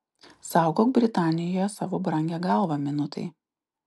saugok britanijoje savo brangią galvą minutai